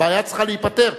הבעיה צריכה להיפתר.